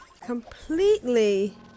completely